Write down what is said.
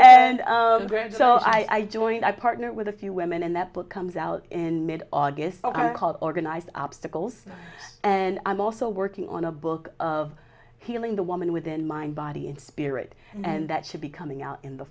and so i joined i partnered with a few women and that book comes out in mid august so i'm called organized obstacles and i'm also working on a book of healing the woman with in mind body and spirit and that should be coming out in the